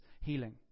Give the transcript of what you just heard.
healing